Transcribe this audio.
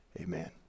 Amen